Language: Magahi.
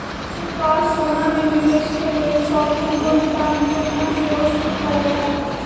सरकार सोना में निवेश के लेल सॉवरेन गोल्ड बांड जोजना सेहो शुरु कयले हइ